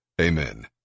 Amen